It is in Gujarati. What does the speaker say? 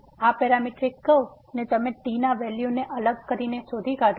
તેથી આ પેરામેટ્રિક કર્વ ને તમે t ના વેલ્યુને અલગ કરીને શોધી શકો છો